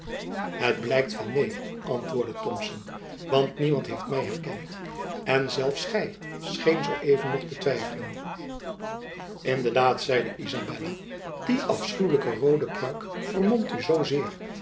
het blijkt van neen antwoordde thomson want niemand heeft my herkend en zelfs gy scheent zoo even nog te twijfelen in de daad zeide izabella die afschuwlijke roode pruik vermomt u zoo